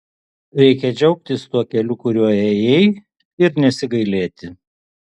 reikia džiaugtis tuo keliu kuriuo ėjai ir nesigailėti